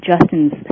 Justin's